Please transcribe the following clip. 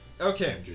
Okay